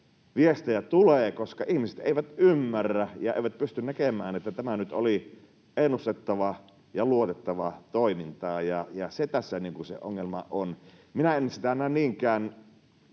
viestejä tulee, koska ihmiset eivät ymmärrä ja eivät pysty näkemään, että tämä nyt oli ennustettavaa ja luotettavaa toimintaa, ja se tässä on se ongelma. Minä en sitä näe niinkään